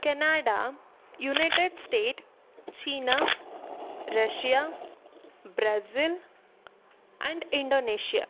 Canada united state China Russia Brazil and Indonesia